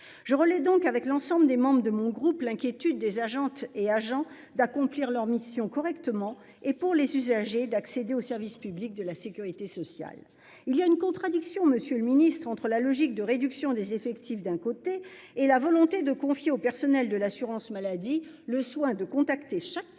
Je relaie donc avec l'ensemble des membres de mon groupe. L'inquiétude des agentes et agents d'accomplir leur mission correctement et pour les usagers d'accéder au service public de la sécurité sociale, il y a une contradiction monsieur le ministre, entre la logique de réduction des effectifs, d'un côté et la volonté de confier au personnel de l'assurance maladie, le soin de contacter chaque patient